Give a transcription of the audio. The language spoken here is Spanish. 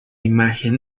imagen